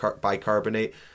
bicarbonate